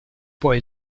poi